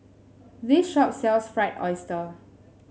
this shop sells Fried Oyster